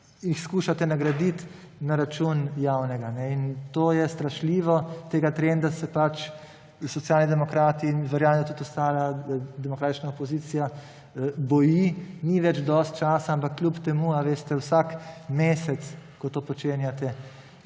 jih skušate nagraditi na račun javnega. In to je strašljivo. Tega trenda se pač Socialni demokrati – in verjamem, da tudi ostala demokratična opozicija – bojimo. Ni več dosti časa, ampak kljub temu vsak mesec, ko to počenjate,